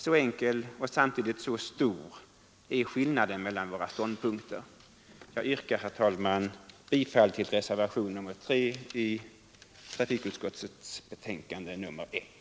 Så enkel, och samtidigt så stor, är skillnaden mellan våra ståndpunkter. Jag yrkar, herr talman, bifall till reservationen 3 i trafikutskottets betänkande nr 1.